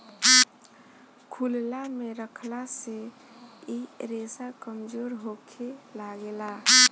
खुलला मे रखला से इ रेसा कमजोर होखे लागेला